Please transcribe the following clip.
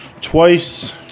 Twice